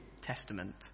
Testament